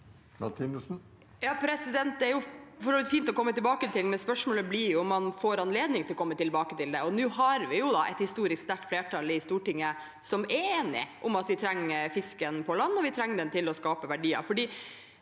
Det er for så vidt fint å komme tilbake til det, men spørsmålet blir jo om man får anledning til å komme tilbake til det. Nå har vi et historisk sterkt flertall i Stortinget som er enige om at vi trenger fisken på land, og at vi trenger den til å skape verdier.